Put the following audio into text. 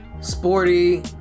Sporty